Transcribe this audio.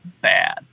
bad